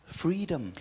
freedom